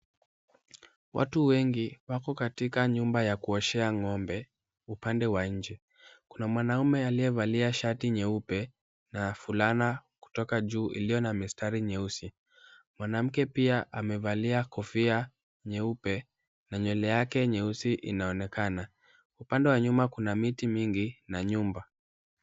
Watu wengi wako katika nyumba ya kuoshea ng'ombe upande wa nje. Kuna mwanaume aliyevalia shati nyeupe na fulana kutoka juu iliyo na mistari nyeusi. Mwanamke pia amevalia kofia nyeupe na nywele yake nyeusi inaonekana. Upande wa nyuma kuna miti mingi na nyumba .